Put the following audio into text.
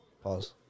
Pause